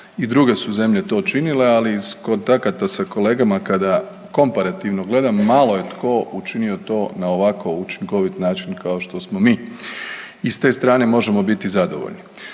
I druge su zemlje to činile, ali iz kontakata sa kolegama kada komparativno gledam, malo je tko učinio to na ovako učinkovit način kao što smo mi i s te strane možemo biti zadovoljni.